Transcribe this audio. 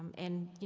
and you